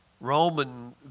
Roman